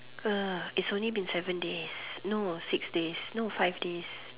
uh it's only been seven days no six days no five days